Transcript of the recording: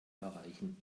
erreichen